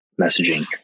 messaging